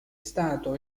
stato